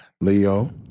Leo